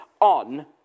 on